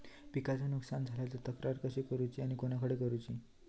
पिकाचा नुकसान झाला तर तक्रार कशी करूची आणि कोणाकडे करुची?